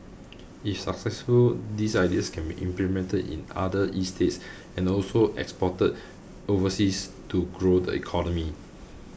if successful these ideas can be implemented in other estates and also exported overseas to grow the economy